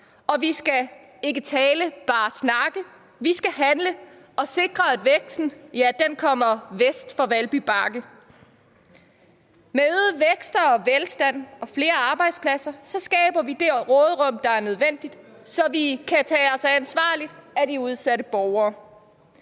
og vi skal ikke tale, bare snakke, vi skal handle og sikre, at væksten kommer vest for Valby Bakke. Med øget vækst og velstand og flere arbejdspladser skaber vi det råderum, der er nødvendigt, så vi kan tage os ansvarligt af de udsatte borgere.